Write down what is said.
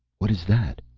what is that?